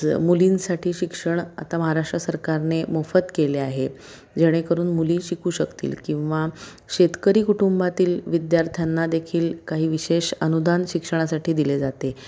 जर मुलींसाठी शिक्षण आता महाराष्ट्र सरकारने मोफत केले आहे जेणेकरून मुली शिकू शकतील किंवा शेतकरी कुटुंबातील विद्यार्थ्यांना देखील काही विशेष अनुदान शिक्षणासाठी दिले जाते